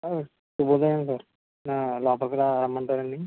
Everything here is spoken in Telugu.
సార్ శుభోదయం సార్ నా లోపలికి రా రమ్మంటారా అండి